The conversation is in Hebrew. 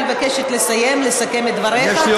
אני מבקשת לסיים ולסכם את דבריך,